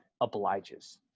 obliges